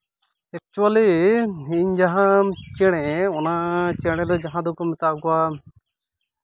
ᱮᱠᱪᱩᱭᱮᱞᱤ ᱤᱧ ᱡᱟᱦᱟᱸ ᱪᱮᱬᱮ ᱚᱱᱟ ᱪᱮᱬᱮ ᱫᱚ ᱡᱟᱦᱟᱸ ᱫᱚᱠᱚ ᱢᱮᱛᱟᱣ ᱠᱚᱣᱟ